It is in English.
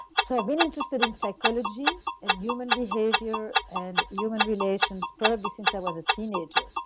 so been interested in psychology and human behavior and human relations probably since i was a teenager.